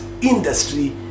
industry